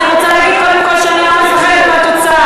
אני רוצה להגיד קודם כול שאני לא מפחדת מהתוצאה.